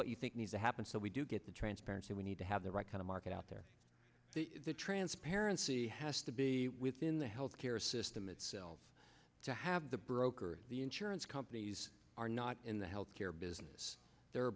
what you think needs to happen so we do get the transparency we need to have the right kind of market out there the transparency has to be within the health care system itself to have the broker or the insurance companies are not in the health care business the